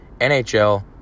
NHL